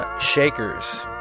Shakers